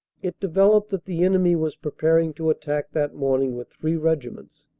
it developed that the enemy was preparing to attack that morning with three regiments,